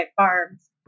farms